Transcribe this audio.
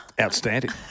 Outstanding